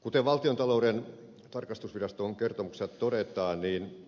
kuten valtiontalouden tarkastusviraston kertomuksessa todetaan